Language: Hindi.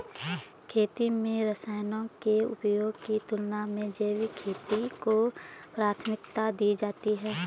खेती में रसायनों के उपयोग की तुलना में जैविक खेती को प्राथमिकता दी जाती है